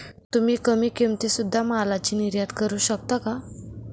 तुम्ही कमी किमतीत सुध्दा मालाची निर्यात करू शकता का